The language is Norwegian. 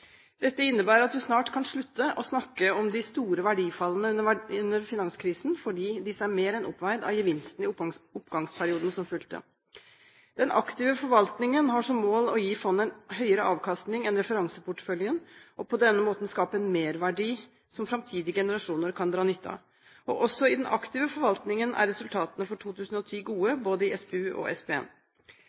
Dette innebærer at vi snart kan slutte å snakke om de store verdifallene under finanskrisen, fordi disse er mer enn oppveid av gevinstene i oppgangsperioden som fulgte. Den aktive forvaltningen har som mål å gi fondet en høyere avkastning enn referanseporteføljen og på denne måten skape en merverdi som framtidige generasjoner kan dra nytte av. Også i den aktive forvaltningen er resultatene for 2010 gode både i SPU og i SPN.